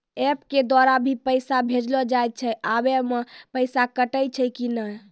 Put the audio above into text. App के द्वारा भी पैसा भेजलो जाय छै आबै मे पैसा कटैय छै कि नैय?